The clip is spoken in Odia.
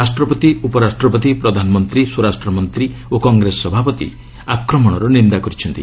ରାଷ୍ଟ୍ରପତି ଉପରାଷ୍ଟ୍ରପତି ପ୍ରଧାନମନ୍ତ୍ରୀ ସ୍ୱରାଷ୍ଟ୍ରମନ୍ତ୍ରୀ ଓ କଂଗ୍ରେସ ସଭାପତି ଆକ୍ରମଣର ନିନ୍ଦା କରିଛନ୍ତି